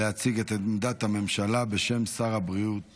להציג את עמדת הממשלה בשם שר הבריאות